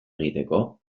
egiteko